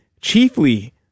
chiefly